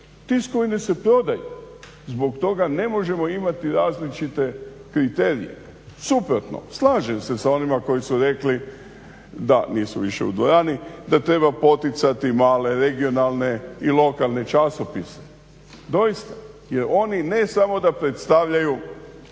Tiskovine se prodaju, zbog toga ne možemo imati različite kriterije. Suprotno, slažem se s onima koji su rekli da, nisu više u dvorani, da treba poticati male, regionalne i lokalne časopise. Doista, jer oni ne samo da predstavljaju